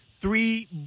three